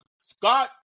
Scott